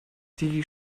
die